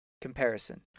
comparison